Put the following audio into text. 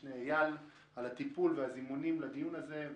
המשנה אייל על הטיפול והזימונים לדיון הזה,